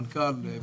המנכ"ל,